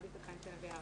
מאוד ייתכן שנביא הארכה.